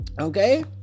Okay